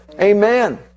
Amen